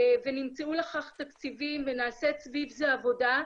ונמצאו לכך תקציבים ונעשית סביב זה עבודה,